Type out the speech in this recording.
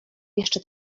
jeszcze